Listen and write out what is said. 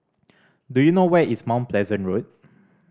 do you know where is Mount Pleasant Road